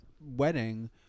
wedding